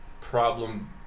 problem